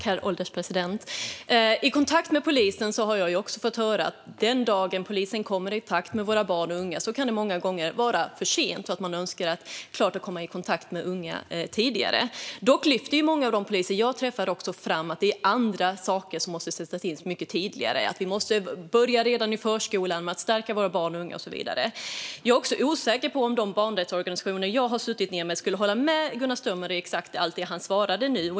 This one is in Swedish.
Herr ålderspresident! När jag träffat polisen har jag också fått höra att den dag polisen kommer i kontakt med våra barn och unga kan det många gånger vara för sent. Man önskar att komma i kontakt med unga tidigare. Dock lyfter många av de poliser jag har träffat fram att det är andra saker som måste sättas in mycket tidigare. Vi måste börja redan i förskolan med att stärka våra barn och unga och så vidare. Jag är också osäker på om de barnrättsorganisationer jag har talat med skulle hålla med Gunnar Strömmer om det han sa i sitt svar nu.